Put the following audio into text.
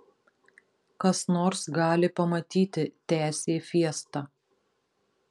kas nors gali pamatyti tęsė fiesta